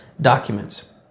documents